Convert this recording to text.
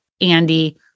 andy